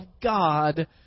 God